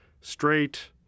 straight